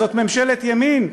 זאת ממשלת ימין,